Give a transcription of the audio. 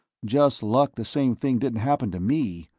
just luck the same thing didn't happen to me.